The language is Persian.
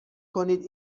کنید